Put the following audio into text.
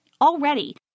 Already